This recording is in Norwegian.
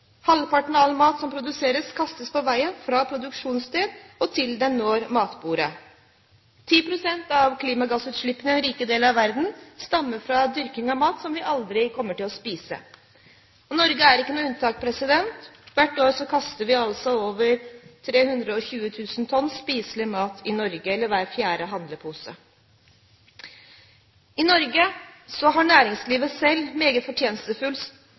Halvparten av all mat som produseres, kastes på veien fra produksjonssted til den når matbordet. 10 pst. av klimagassutslippene i den rike del av verden stammer fra dyrking av mat som vi aldri kommer til å spise. Norge er ikke noe unntak. Hvert år kaster vi over 320 000 tonn spiselig mat i Norge, eller hver fjerde handlepose. I Norge har næringslivet selv meget